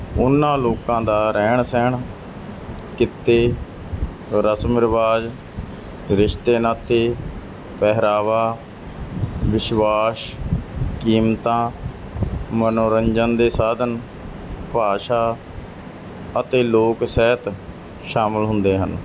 ਉਹਨਾਂ ਲੋਕਾਂ ਦਾ ਰਹਿਣ ਸਹਿਣ ਕਿੱਤੇ ਰਸਮ ਰਿਵਾਜ ਰਿਸ਼ਤੇ ਨਾਤੇ ਪਹਿਰਾਵਾ ਵਿਸ਼ਵਾਸ ਕੀਮਤਾਂ ਮਨੋਰੰਜਨ ਦੇ ਸਾਧਨ ਭਾਸ਼ਾ ਅਤੇ ਲੋਕ ਸਾਹਿਤ ਸ਼ਾਮਿਲ ਹੁੰਦੇ ਹਨ